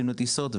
שמשובצים לטיסות,